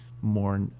more